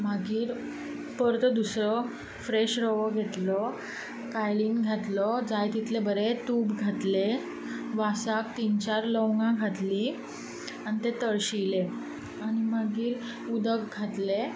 मागीर परतो दुसरो फ्रॅश रवो घेतलो कायलींत घातलो जाय तितलें बरें तूप घातलें वासाक तीन चार लवंगां घातलीं आनी तें तळशिलें आनी मागीर उदक घातलें